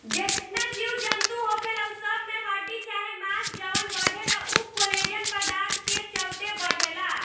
जेतना जीव जनतू होखेला उ सब में हड्डी चाहे मांस जवन बढ़ेला उ कोलेजन पदार्थ के चलते बढ़ेला